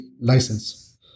license